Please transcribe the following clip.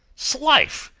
slife!